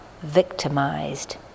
victimized